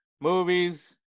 movies